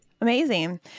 Amazing